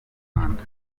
rwanda